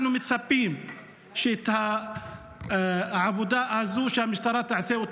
אנחנו מצפים שהמשטרה, את העבודה הזאת תעשה.